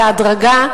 בהדרגה,